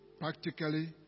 practically